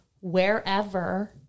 wherever